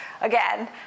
again